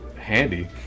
Handy